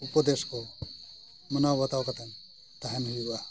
ᱩᱯᱚᱫᱮᱥ ᱠᱚ ᱢᱟᱱᱟᱣ ᱵᱟᱛᱟᱣ ᱠᱟᱛᱮᱫ ᱛᱟᱦᱮᱱ ᱦᱩᱭᱩᱜᱼᱟ